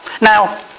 now